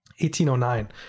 1809